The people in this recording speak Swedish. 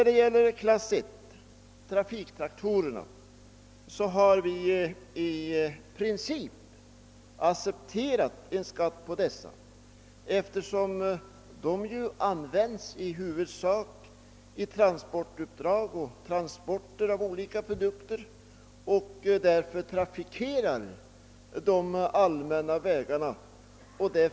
Beträffande klass I, trafiktraktorerna, har vi i princip accepterat en skatt på dessa eftersom de i huvudsak används i transportuppdrag och för transport av olika produkter och därför trafikerar de allmänna vägarna i konkurrens med lastbilarna.